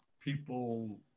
people